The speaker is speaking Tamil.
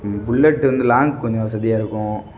புல்லெட்டு வந்து லாங் கொஞ்சம் வசதியாக இருக்கும்